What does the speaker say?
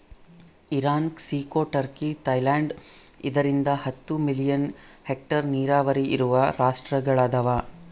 Iran ಕ್ಸಿಕೊ Turkey Thailand ಐದರಿಂದ ಹತ್ತು ಮಿಲಿಯನ್ ಹೆಕ್ಟೇರ್ ನೀರಾವರಿ ಇರುವ ರಾಷ್ಟ್ರಗಳದವ